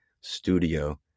studio